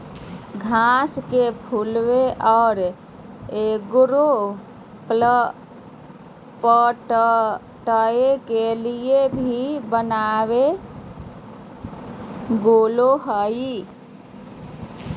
घास के फुलावे और एगोरा पलटय के लिए भी बनाल गेल हइ